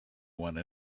one